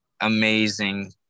amazing